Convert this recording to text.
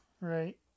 Right